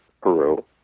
Peru